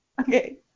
Okay